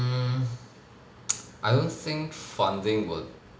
mm I don't think funding would